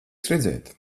redzēt